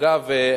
אגב,